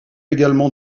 également